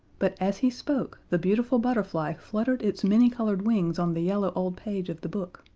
but as he spoke the beautiful butterfly fluttered its many-colored wings on the yellow old page of the book,